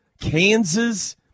kansas